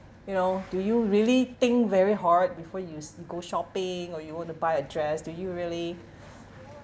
you know do you really think very hard before you s~ go shopping or you want to buy a dress do you really